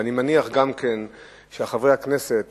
ואני מניח שגם חברי הכנסת